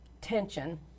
tension